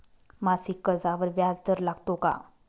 मासिक कर्जावर व्याज दर लागतो का?